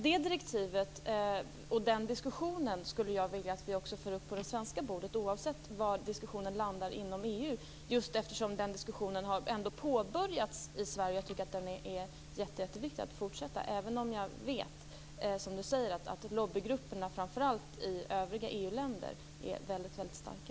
Det direktivet och den diskussionen skulle jag vilja att vi förde upp också på det svenska bordet, oavsett var diskussionen landar inom EU, just för att diskussionen ju ändå har påbörjats i Sverige. Det är därför väldigt viktigt att diskussionen fortsätter, trots att jag vet att lobbygrupperna i framför allt övriga EU-länder är väldigt starka.